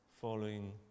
following